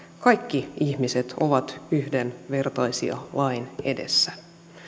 kaikki ihmiset ovat yhdenvertaisia lain edessä